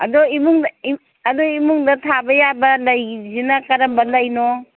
ꯑꯗꯣ ꯏꯃꯨꯡ ꯑꯗꯨ ꯏꯃꯨꯡꯗ ꯊꯥꯕ ꯌꯥꯕ ꯂꯩꯁꯤꯅ ꯀꯔꯝꯕ ꯂꯩꯅꯣ